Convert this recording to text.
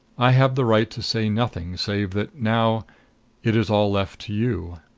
i have the right to say nothing save that now it is all left to you.